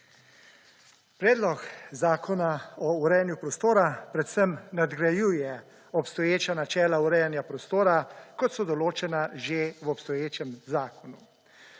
Predlog Zakona o urejanju prostora predvsem nadgrajuje obstoječa načela urejanja prostora, kot so določena že v obstoječem zakonu.